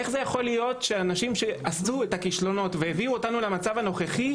איך יכול להיות שאנשים שעשו את הכישלונות והביאו אותנו למצב הנוכחי,